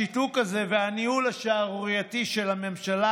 השיתוק הזה והניהול השערורייתי של הממשלה